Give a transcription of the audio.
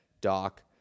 Doc